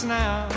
now